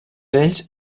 ells